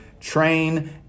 train